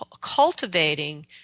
cultivating